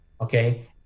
okay